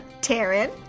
Taryn